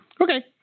Okay